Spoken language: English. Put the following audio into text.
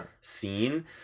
scene